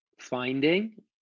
finding